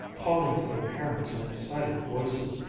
calling for their parents in excited voices,